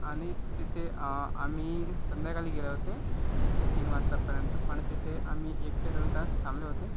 आणि तिथे आम्ही संध्याकाळी गेले होते तीन वाजता पर्यंत पण तिथे आम्ही एक ते दोन तास थांबले होते